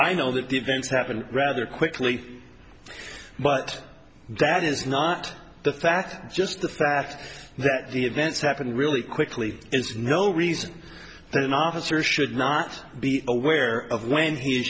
i know that the events happened rather quickly but that is not the fact just the fact that the events happened really quickly is no reason for nasser should not be aware of when he